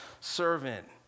servant